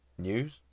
news